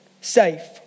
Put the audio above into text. safe